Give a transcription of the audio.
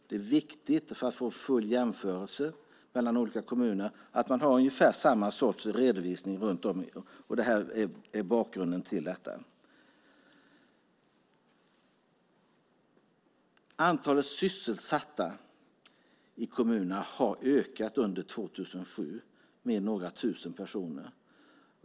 Det är viktigt, för att få full jämförelse mellan olika kommuner, att man har ungefär samma sorts redovisning runt om, och det här är bakgrunden till detta. Antalet sysselsatta i kommunerna har under 2007 ökat med några tusen personer.